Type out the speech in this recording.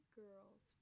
girls